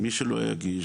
מי שלא יגיש,